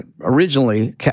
originally